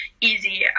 easy